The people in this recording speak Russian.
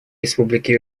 республики